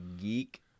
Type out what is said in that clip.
geek